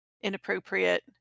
inappropriate